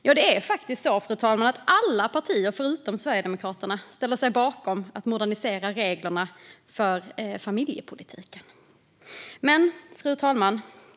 Ja, det är faktiskt så att alla partier utom Sverigedemokraterna ställer sig bakom att modernisera reglerna för familjepolitiken, fru talman. Fru talman!